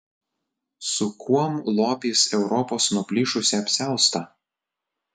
su kuom lopys europos nuplyšusį apsiaustą